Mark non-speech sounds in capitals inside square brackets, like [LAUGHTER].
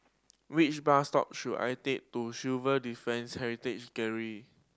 which bus stop should I take to [UNINTELLIGIBLE] Defence Heritage Gallery